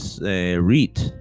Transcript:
read